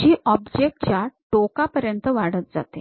जी object च्या टोकापर्यंत वाढत जाते